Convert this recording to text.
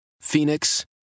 Phoenix